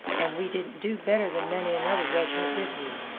and we didn't do better than many another reg'ment, did we?